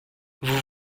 vous